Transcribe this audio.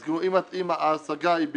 אז אם ההשגה היא במרץ?